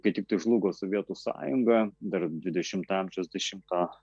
kai tiktai žlugo sovietų sąjunga dar dvidešimto amžiaus dešimto